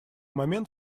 момент